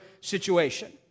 situation